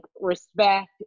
respect